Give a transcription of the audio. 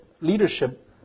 leadership